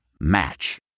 Match